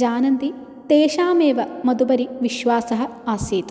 जानन्ति तेषामेव मदुपरि विश्वासः आसीत्